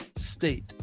state